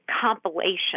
compilation